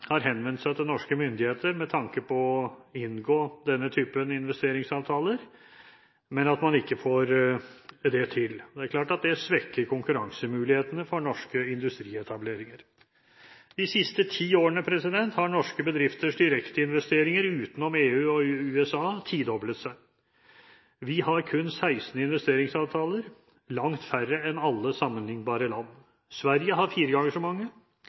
har henvendt seg til norske myndigheter med tanke på å inngå denne typen investeringsavtaler, men at man ikke får det til. Det er klart at det svekker konkurransemulighetene for norske industrietableringer. De siste ti årene har norske bedrifters direkteinvesteringer, utenom EU og USA, tidoblet seg. Vi har kun 16 investeringsavtaler – langt færre enn alle sammenlignbare land. Sverige har fire